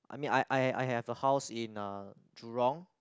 I mean I I I have a house in a Jurong